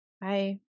bye